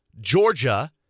Georgia